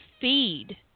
feed